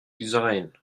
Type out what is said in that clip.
design